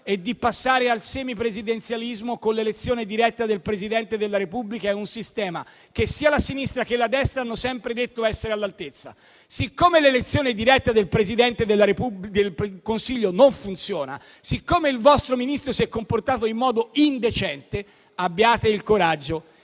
e di passare al semipresidenzialismo con l'elezione diretta del Presidente della Repubblica. È un sistema che sia la sinistra che la destra hanno sempre detto essere all'altezza. Siccome l'elezione diretta del Presidente del Consiglio non funziona e siccome il vostro Ministro si è comportato in modo indecente, abbiate il coraggio